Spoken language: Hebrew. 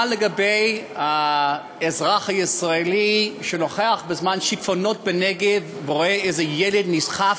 מה לגבי האזרח הישראלי שנוכח בזמן שיטפונות בנגב ורואה איזה ילד נסחף,